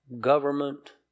government